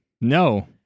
No